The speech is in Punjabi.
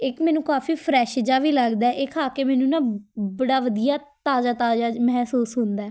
ਇੱਕ ਮੈਨੂੰ ਕਾਫ਼ੀ ਫਰੈੱਸ਼ ਜਿਹਾ ਵੀ ਲੱਗਦਾ ਇਹ ਖਾ ਕੇ ਮੈਨੂੰ ਨਾ ਬੜਾ ਵਧੀਆ ਤਾਜ਼ਾ ਤਾਜ਼ਾ ਮਹਿਸੂਸ ਹੁੰਦਾ